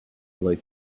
lake